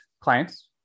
clients